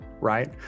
right